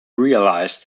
realised